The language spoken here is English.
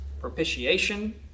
propitiation